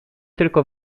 tylko